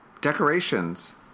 Decorations